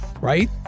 right